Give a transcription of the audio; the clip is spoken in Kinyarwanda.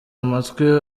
amatwi